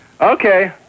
Okay